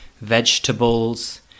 vegetables